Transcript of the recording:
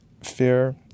Fear